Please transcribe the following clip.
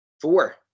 Four